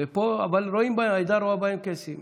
אבל העדה רואה בהם קייסים.